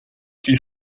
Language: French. qu’il